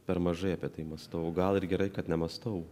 per mažai apie tai mąstau gal ir gerai kad nemąstau